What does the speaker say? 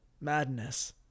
Madness